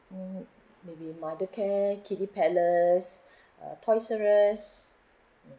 mmhmm maybe Mother Care Kiddy Palace uh Toys R Us mm